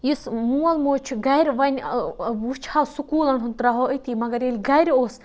یُس مول موج چھُ گَرِ وَنہِ وٕچھ ہَو سُکوٗلَن ہُنٛد تراو ہو أتی مگر ییٚلہِ گَرِ اوس